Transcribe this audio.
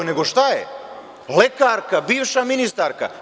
Nego šta je, lekarka, bivša ministarka.